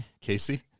casey